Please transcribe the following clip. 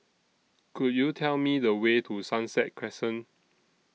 Could YOU Tell Me The Way to Sunset Crescent